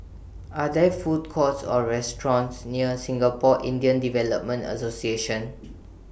Are There Food Courts Or restaurants near Singapore Indian Development Association